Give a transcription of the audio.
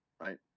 right